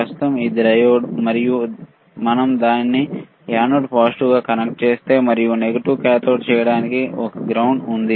ప్రస్తుతం ఇది డయోడ్ మరియు మనం దానిని యానోడ్ పాజిటివ్గా కనెక్ట్ చేస్తే మరియు నెగటివ్ కాథోడ్ చేయడానికి ఒక గ్రౌండ్ ఉంది